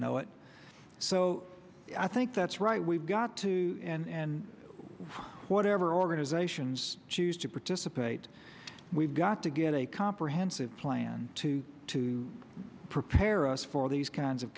know it so i think that's right we've got to and for whatever organizations choose to participate we've got to get a comprehensive plan to to prepare us for these kinds of